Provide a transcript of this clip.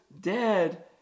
dead